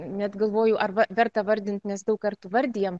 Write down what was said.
net galvoju arba verta vardint nes daug kartų vardijam